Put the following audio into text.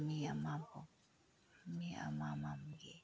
ꯃꯤ ꯑꯃꯕꯨ ꯃꯤ ꯑꯃ ꯃꯝꯒꯤ